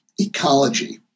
ecology